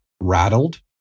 rattled